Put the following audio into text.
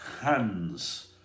hands